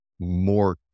more